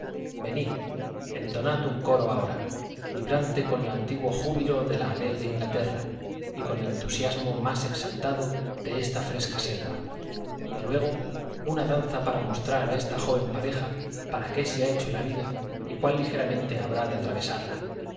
caballeros venid entonad un coro ahora vibrante con el antiguo júbilo de la alegre inglaterra y con el entusiasmo más exaltado de esta fresca selva y luego una danza para mostrar a esta joven pareja para qué se ha hecho la vida y cuán ligeramente habrán de atravesarla